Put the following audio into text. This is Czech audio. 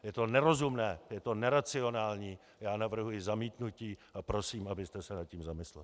Je to nerozumné, je to neracionální a já navrhuji zamítnutí a prosím, abyste se nad tím zamysleli.